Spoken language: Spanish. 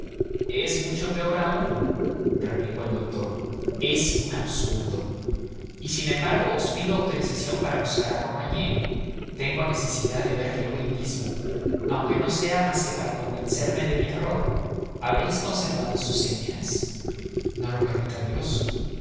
es mucho peor aun replicó el doctor es un absurdo y sin embargo os pido autorización para buscar a romagné tengo necesidad de verle hoy mismo aunque no sea más que para convencerme de mi error habéis conservado sus señas no lo permita dios